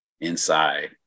inside